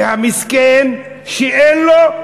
והמסכן שאין לו,